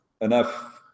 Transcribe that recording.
enough